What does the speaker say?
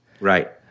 Right